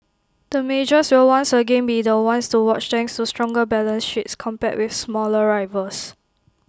the majors will once again be the ones to watch thanks to stronger balance sheets compared with smaller rivals